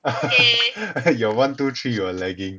your one two three you are lagging